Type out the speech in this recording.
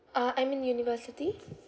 uh I'm in university